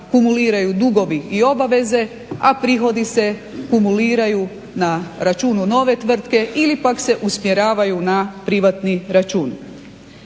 kumuliraju dugovi i obaveze, a prihodi se kumuliraju na računu nove tvrtke ili pak se usmjeravaju na privatni račun.